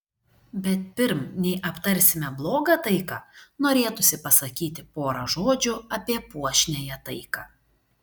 bet pirm nei aptarsime blogą taiką norėtųsi pasakyti porą žodžių apie puošniąją taiką